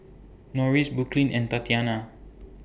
Norris Brooklynn and Tatyana